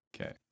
Okay